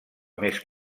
més